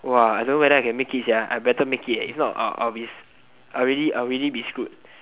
!wah! I don't know whether I can make it sia I better make it eh if not I'll I'll be I'll really I'll really be screwed